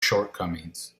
shortcomings